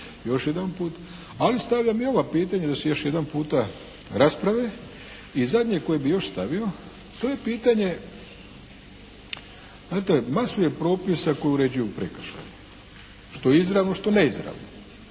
još jedanput, ali stavljam i ova pitanja da se još jednom rasprave. I zadnje koje bih još stavio, to je pitanje znate masu je propisa koji uređuju prekršaje što izravno što neizravno.